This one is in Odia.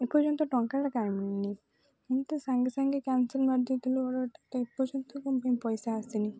ଏପର୍ଯ୍ୟନ୍ତ ଟଙ୍କାଟା କାଇଁ ମିିଳିନି ଏ ତ ସାଙ୍ଗେ ସାଙ୍ଗେ କ୍ୟାନସଲ୍ ମାରଦେଇଥିଲୁ ଅର୍ଡ଼ରଟା ତ ଏପର୍ଯ୍ୟନ୍ତ କ'ଣ ପାଇଁ ପଇସା ଆସିନି